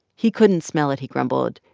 he couldn't smell it, he grumbled,